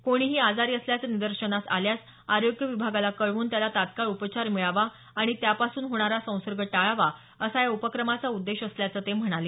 कोणीही आजारी असल्याचे निदर्शनास आल्यास आरोग्य विभागाला कळवून त्याला तात्काळ उपचार मिळावा आणि त्यापासून होणारा संसर्ग टाळावा असा या उपक्रमाचा उद्देश असल्याचं ते म्हणाले